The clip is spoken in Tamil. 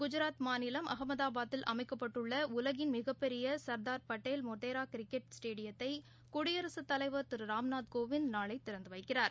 குஜராத் மாநிலம் அகமதாபாத்தில் அமைக்கப்பட்டுள்ளஉலகின் மிகப்பெரியசர்தார்படேல் மொட்டேராகிரிக்கெட் ஸ்டேடியத்தைகுடியரசுத் தலைவர் திருராம்நாத்கோவிந்த் நாளைதிறந்துவைக்கிறார்